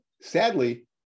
Sadly